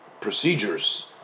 procedures